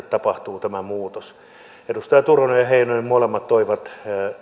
tapahtuu tämä muutos edustajat turunen ja heinonen molemmat toivat